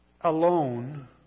Alone